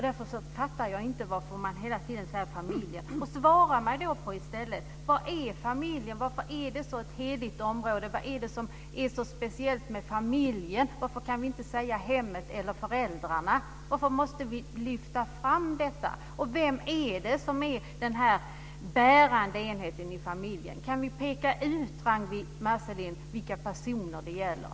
Därför förstår jag inte varför man hela tiden talar om just familjen. Vad är familjen? Varför är detta ett så heligt område? Vad är det som är så speciellt med familjen? Varför kan vi inte säga hemmet eller föräldrarna? Varför måste vi alltså lyfta fram familjen? Vem är det som är den bärande enheten i familjen? Går det, Ragnwi Marcelind, att peka ut vilka personer det gäller?